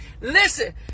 Listen